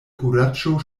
kuraĝo